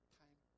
time